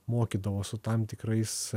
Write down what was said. mokydavo su tam tikrais